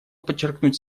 подчеркнуть